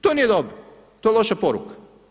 To nije dobro, to je loša poruka.